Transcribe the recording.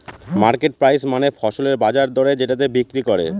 market price মানে ফসলের বাজার দরে যেটাতে বিক্রি করে